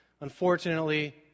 Unfortunately